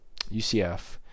UCF